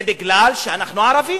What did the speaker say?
זה משום שאנחנו ערבים,